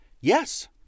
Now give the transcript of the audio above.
Yes